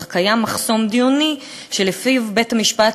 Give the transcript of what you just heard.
אך קיים מחסום דיוני שלפיו בית-המשפט